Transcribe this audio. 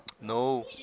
no